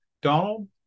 Donald